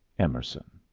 emerson.